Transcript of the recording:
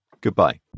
goodbye